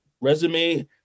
resume